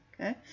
okay